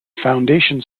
foundation